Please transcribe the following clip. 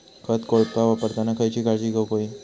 खत कोळपे वापरताना खयची काळजी घेऊक व्हयी?